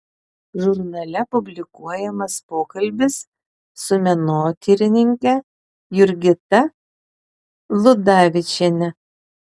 žurnale publikuojamas pokalbis su menotyrininke jurgita ludavičiene